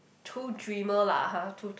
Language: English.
too dreamer lah har too too